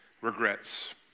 Regrets